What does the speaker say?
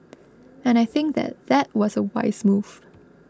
and I think that that was a wise move